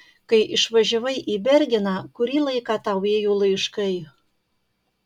kai išvažiavai į bergeną kurį laiką tau ėjo laiškai